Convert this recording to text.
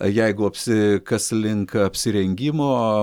jeigu apsi kas link apsirengimo